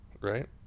right